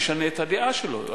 שישנה את הדעה שלו.